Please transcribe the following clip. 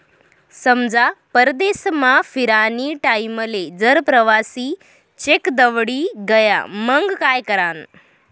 समजा परदेसमा फिरानी टाईमले जर प्रवासी चेक दवडी गया मंग काय करानं?